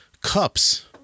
cups